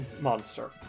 monster